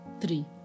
three